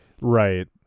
Right